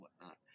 whatnot